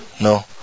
No